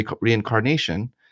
reincarnation